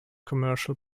commercial